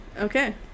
Okay